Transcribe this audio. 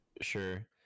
sure